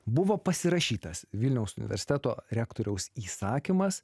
buvo pasirašytas vilniaus universiteto rektoriaus įsakymas